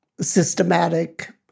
systematic